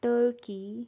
turkey